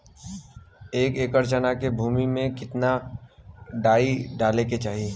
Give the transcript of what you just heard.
एक एकड़ चना के भूमि में कितना डाई डाले के चाही?